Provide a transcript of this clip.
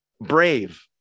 brave